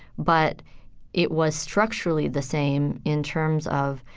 but it was structurally the same in terms of,